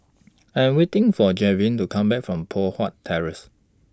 I Am waiting For Javion to Come Back from Poh Huat Terrace